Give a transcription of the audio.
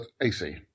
AC